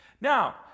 Now